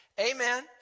amen